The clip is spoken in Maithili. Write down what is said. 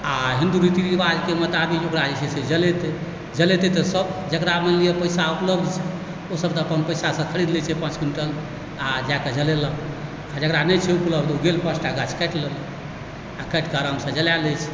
आओर हिन्दू रीति रिवाजके मोताबिक ओकरा जे छै से जलेतै जलेतै तऽ सब जकरा मानिलिअ पैसा उपलब्ध छै ओ सब तऽ अपन पैसासँ खरीद लैत छै पाँच क्विंटल आओर जाए कऽ जलेलक आओर जकरा नहि छै उपलब्ध ओ गेल पाँच टा गाछ काटि लेलक आओर काटि कऽ आरामसँ जला लै छै